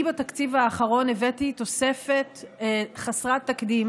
בתקציב האחרון אני הבאתי תוספת תקציבית חסרת תקדים